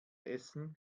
essen